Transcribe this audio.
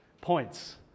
points